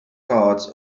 cards